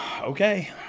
Okay